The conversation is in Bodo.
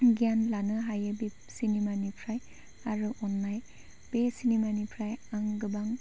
गियान लानो हायो बेफोर सिनेमानिफ्राय आरो अननाय बे सिनेमानिफ्राय आं गोबां